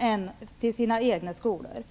än till sina egna skolor.